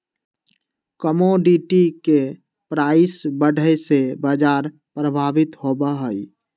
commodity के price बढ़े से बाजार प्रभावित होबा हई